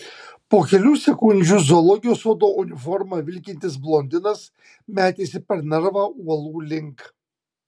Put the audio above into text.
po kelių sekundžių zoologijos sodo uniforma vilkintis blondinas metėsi per narvą uolų link